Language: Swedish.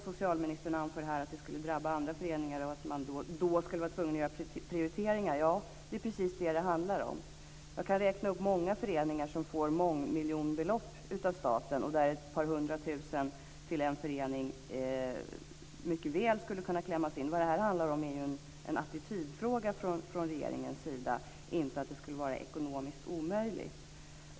Socialministern anför att andra föreningar skulle drabbas och att man skulle vara tvungen att göra prioriteringar. Ja, det är precis det som det handlar om. Jag kan räkna upp många föreningar som får mångmiljonbelopp av staten, och det skulle mycket väl kunna klämmas in ett par hundra tusen till en annan förening. Det här är en fråga om attityd från regeringens sida, inte om något som skulle vara ekonomiskt omöjligt.